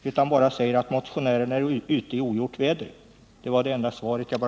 Han säger bara att motionären är ute i ogjort väder.